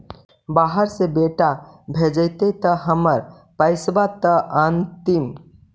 बाहर से बेटा भेजतय त हमर पैसाबा त अंतिम?